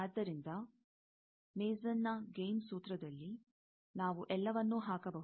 ಆದ್ದರಿಂದ ಮೇಸನ್ನ ಗೈನ್ ಸೂತ್ರದಲ್ಲಿ ನಾವು ಎಲ್ಲವನ್ನೂ ಹಾಕಬಹುದು